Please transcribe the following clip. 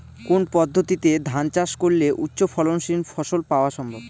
কোন পদ্ধতিতে ধান চাষ করলে উচ্চফলনশীল ফসল পাওয়া সম্ভব?